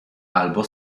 albo